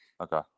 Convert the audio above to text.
Okay